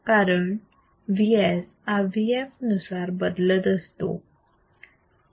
कारण Vs हा Vf नुसार बदलत असतो